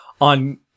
on